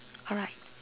alright